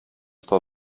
στο